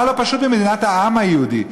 מה לא פשוט ב"מדינת העם היהודי"?